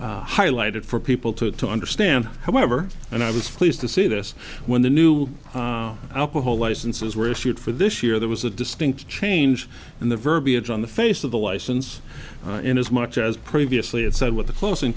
highlighted for people to understand however and i was fleeced to see this when the new alcohol licenses were issued for this year there was a distinct change in the verbiage on the face of the license in as much as previously it said what the closing